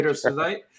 tonight